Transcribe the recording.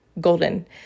golden